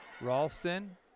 Ralston